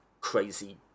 crazy